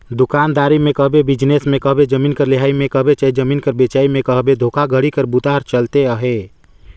दुकानदारी में कहबे, बिजनेस में कहबे, जमीन कर लेहई में कहबे चहे जमीन कर बेंचई में कहबे धोखाघड़ी कर बूता हर चलते अहे